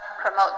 Promote